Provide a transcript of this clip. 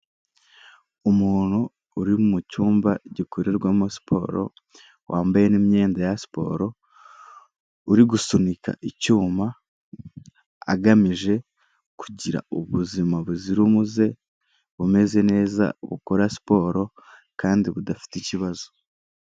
Umuntu uri mu cyumba gikorerwamo siporo, wambaye n'imyenda ya siporo, uri gusunika icyuma, agamije kugira ubuzima buzira umuze bumeze neza bukora siporo kandi budafite ikibazo.